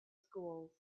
schools